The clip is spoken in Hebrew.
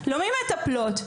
לא ממטפלות,